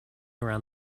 around